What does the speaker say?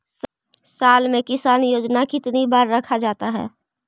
साल में किसान योजना कितनी बार रखा जाता है?